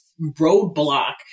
roadblock